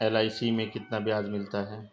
LIC में कितना ब्याज मिलता है?